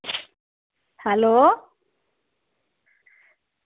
hello